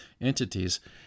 entities